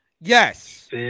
Yes